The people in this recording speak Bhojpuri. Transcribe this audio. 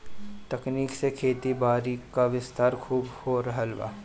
तकनीक से खेतीबारी क विस्तार खूब हो रहल बा